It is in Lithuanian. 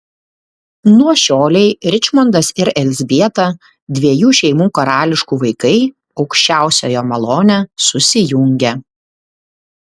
nuo šiolei ričmondas ir elzbieta dviejų šeimų karališkų vaikai aukščiausiojo malone susijungia